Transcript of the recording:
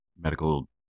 medical